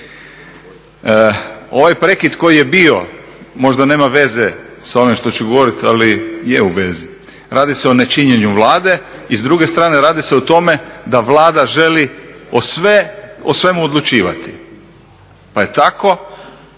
Ovaj prekid koji je bio možda nema veze sa ovim što ću govoriti ali je u vezi, radi se o nečinjenju Vlade i s druge strane radi se o tome da Vlada želi o svemu odlučivati pa je tako